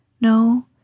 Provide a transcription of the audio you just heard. No